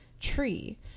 tree